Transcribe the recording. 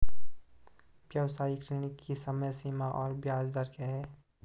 व्यावसायिक ऋण की समय सीमा और ब्याज दर क्या है?